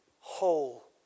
whole